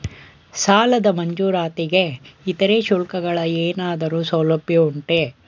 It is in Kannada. ಸಾಲದ ಮಂಜೂರಾತಿಗೆ ಇತರೆ ಶುಲ್ಕಗಳ ಏನಾದರೂ ಸೌಲಭ್ಯ ಉಂಟೆ?